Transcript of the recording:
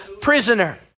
prisoner